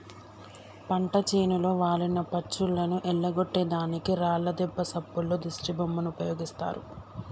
పంట చేనులో వాలిన పచ్చులను ఎల్లగొట్టే దానికి రాళ్లు దెబ్బ సప్పుల్లో దిష్టిబొమ్మలు ఉపయోగిస్తారు